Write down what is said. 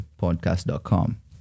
podcast.com